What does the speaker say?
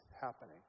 happening